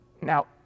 Now